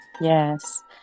Yes